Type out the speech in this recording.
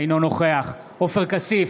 אינו נוכח עופר כסיף,